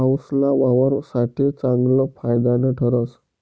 पाऊसना वावर साठे चांगलं फायदानं ठरस